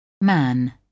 Man